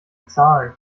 bezahlen